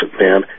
man